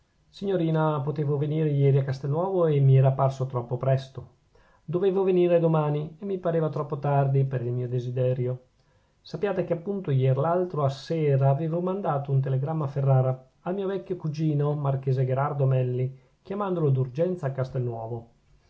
signorina potevo venire ieri a castelnuovo e mi era parso troppo presto dovevo venire domani e mi pareva troppo tardi per il mio desiderio sappiate che appunto ier l'altro a sera avevo mandato un telegramma a ferrara al mio vecchio cugino marchese gherardo melli chiamandolo d'urgenza a castelnuovo